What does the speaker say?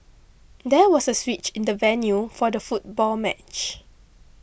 there was a switch in the venue for the football match